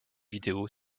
vidéo